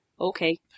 okay